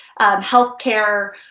healthcare